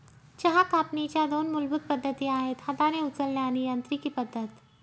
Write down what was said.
चहा कापणीच्या दोन मूलभूत पद्धती आहेत हाताने उचलणे आणि यांत्रिकी पद्धत